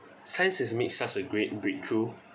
science has made such a great breakthrough